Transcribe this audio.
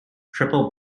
triple